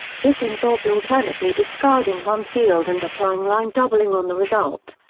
this involved alternately discarding one field and applying line doubling on the result.